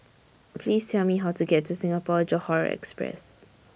Please Tell Me How to get to Singapore Johore Express